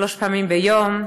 שלוש פעמים ביום: